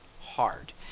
hard